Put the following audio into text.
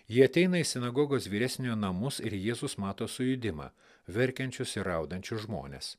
jie ateina į sinagogos vyresniojo namus ir jėzus mato sujudimą verkiančius ir raudančius žmones